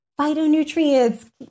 phytonutrients